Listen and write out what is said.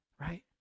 right